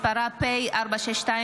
שהחזירה ועדת העבודה והרווחה.